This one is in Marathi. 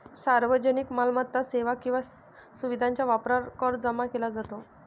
सार्वजनिक मालमत्ता, सेवा किंवा सुविधेच्या वापरावर कर जमा केला जातो